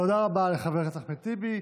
תודה רבה לחבר הכנסת אחמד טיבי.